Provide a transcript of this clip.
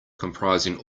comprising